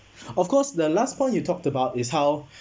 of course the last point you talked about is how